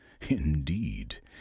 Indeed